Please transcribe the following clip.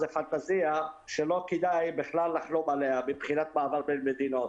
זה פנטזיה שלא כדאי בכלל לחלום עליה מבחינת מעבר בין מדינות.